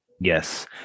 Yes